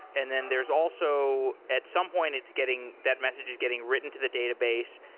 and then there's also at some point it's getting that message is getting written to the database.